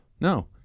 No